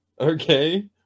okay